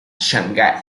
shanghái